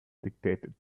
dictated